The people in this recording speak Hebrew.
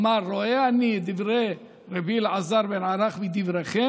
אמר: רואה אני את דברי רבי אלעזר בן ערך מדבריכם,